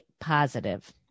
positive